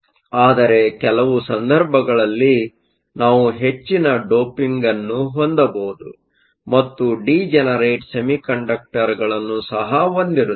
ಆದರೆ ಕೆಲವು ಸಂದರ್ಭಗಳಲ್ಲಿ ನಾವು ಹೆಚ್ಚಿನ ಡೋಪಿಂಗ್ನ್ನು ಹೊಂದಬಹುದು ಮತ್ತು ಡೀಜನರೇಟ್ ಸೆಮಿಕಂಡಕ್ಟರ್ಗಳನ್ನು ಸಹ ಹೊಂದಿರುತ್ತೇವೆ